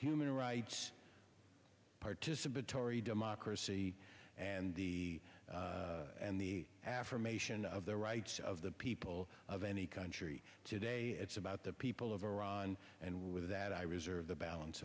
human rights participatory democracy and and the affirmation of the rights of the people of any country today it's about the people of iran and with that i reserve the balance